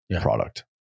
product